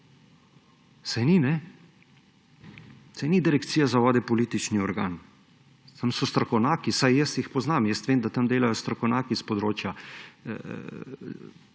Saj ni, a ne? Saj ni Direkcija za vode politični organ. Tam so strokovnjaki, vsaj jaz jih poznam. Vem, da tam delajo strokovnjaki s področja,